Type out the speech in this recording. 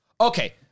Okay